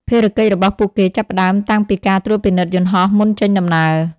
ភារកិច្ចរបស់ពួកគេចាប់ផ្ដើមតាំងពីការត្រួតពិនិត្យយន្តហោះមុនចេញដំណើរ។